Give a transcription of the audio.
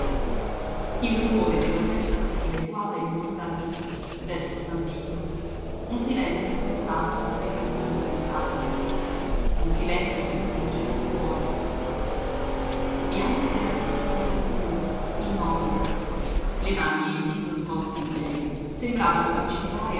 il rumore della festa si dileguava e moriva lassù verso san vito un silenzio desolato cadeva di tanto in tanto un silenzio che stringeva il cuore bianca era ritta contro il muro immobile le mani e il viso smorti di lei sembravano vacillare